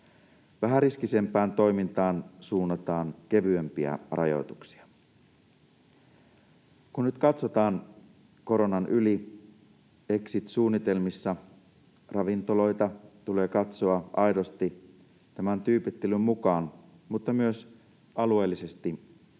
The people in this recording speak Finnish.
Vähäriskisempään toimintaan suunnataan kevyempiä rajoituksia.” Kun nyt katsotaan koronan yli, exit-suunnitelmissa ravintoloita tulee katsoa aidosti tämän tyypittelyn mukaan mutta myös alueellisesti